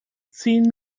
zehn